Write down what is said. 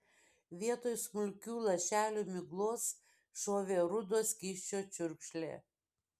vietoj smulkių lašelių miglos šovė rudo skysčio čiurkšlė